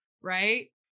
right